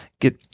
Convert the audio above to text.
get